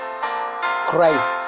christ